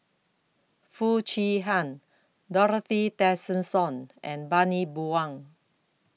Foo Chee Han Dorothy Tessensohn and Bani Buang